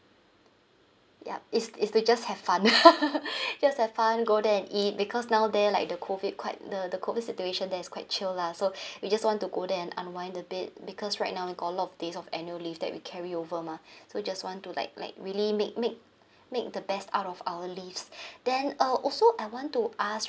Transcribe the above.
yup it's it's to just have fun just have fun go there and eat because now there like the COVID quite the the COVID situation there is quite chill lah so we just want to go there and unwind a bit because right now got a lot of days of annual leave that we carry over mah so just want to like like really make make make the best out of our leaves then uh also I want to ask